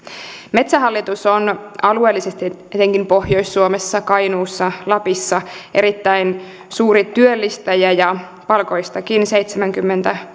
metsähallitus on alueellisesti etenkin pohjois suomessa kainuussa lapissa erittäin suuri työllistäjä ja palkoistakin seitsemänkymmentä